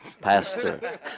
Pastor